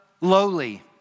lowly